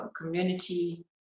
community